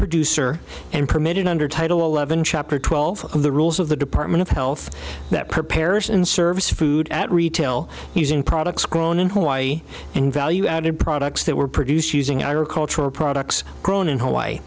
producer and permitted under title eleven chapter twelve of the rules of the department of health that prepares in service of food at retail using products grown in hawaii and value added products that were produced using i recall to a products grown in hawaii